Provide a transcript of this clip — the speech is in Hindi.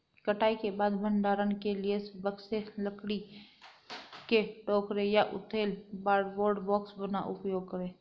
कटाई के बाद भंडारण के लिए बक्से, लकड़ी के टोकरे या उथले कार्डबोर्ड बॉक्स का उपयोग करे